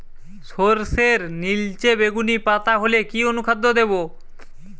সরর্ষের নিলচে বেগুনি পাতা হলে কি অনুখাদ্য দেবো?